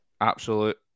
absolute